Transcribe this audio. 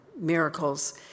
miracles